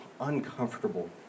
uncomfortable